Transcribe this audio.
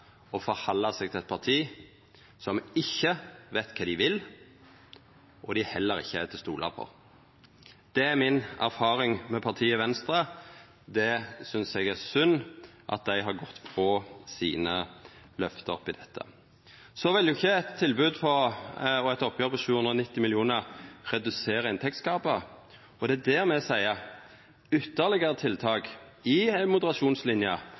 å forhandla med Venstre. Eg skal ikkje seia mykje om det, men la meg seia to ting. Det er svært krevjande med eit parti som ikkje veit kva dei vil, og dei er heller ikkje til å stola på. Det er mi erfaring med partiet Venstre. Eg synest det er synd at dei har gått frå løfta sine her. Eit tilbod og eit oppgjer på 790 mill. kr vil jo ikkje redusera inntektsgapa, og det er der me